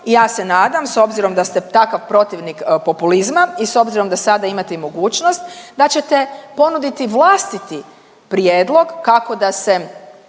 I ja se nadam s obzirom da ste takav protivnik populizma i s obzirom da sada imate i mogućnost, da ćete ponuditi vlastiti prijedlog kako da se